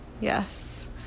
Yes